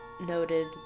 noted